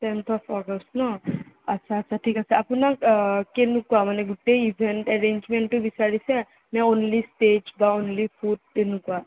tenth of August ন আচ্ছা আচ্ছা ঠিক আছে আপোনাক কেনেকুৱা মানে গোটেই ইভেণ্ট এৰেঞ্জমেণ্টো বিচাৰিছে নে অন্লি ষ্টেজ বা অন্লি ফুড তেনেকুৱা